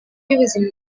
y’ubuzima